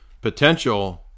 potential